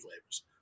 flavors